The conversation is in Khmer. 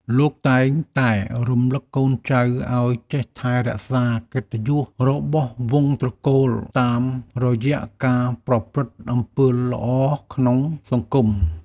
លោកតែងតែរំលឹកកូនចៅឱ្យចេះថែរក្សាកិត្តិយសរបស់វង្សត្រកូលតាមរយៈការប្រព្រឹត្តអំពើល្អក្នុងសង្គម។